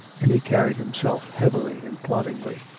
and he carried himself heavily and ploddingly.